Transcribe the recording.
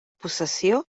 possessió